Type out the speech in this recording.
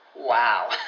Wow